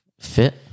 Fit